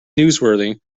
newsworthy